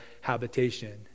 habitation